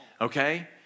Okay